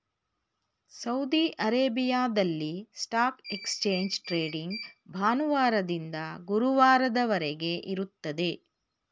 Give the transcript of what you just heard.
Saudi ಅರೇಬಿಯಾದಲ್ಲಿ stock exchange trading ಭಾನುವಾರದಿಂದ ಗುರುವಾರದವರೆಗೆ ಇರುತ್ತದೆ